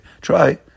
try